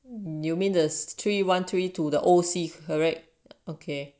you mean the three one three to the O_C correct okay